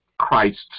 Christ's